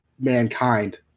mankind